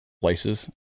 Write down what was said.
places